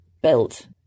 built